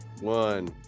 one